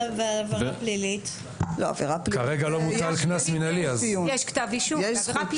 בעבירה פלילית יש זכות עיון.